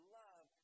love